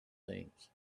things